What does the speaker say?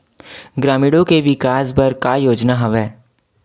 ग्रामीणों के विकास बर का योजना हवय?